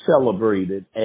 celebrated